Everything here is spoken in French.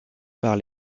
par